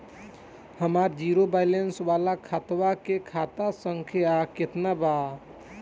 हमार zero balance वाला खतवा के खाता संख्या केतना बा?